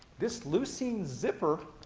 this leucine zipper